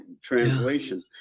translation